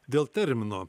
dėl termino